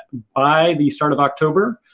by the start of october,